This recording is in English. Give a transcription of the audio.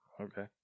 Okay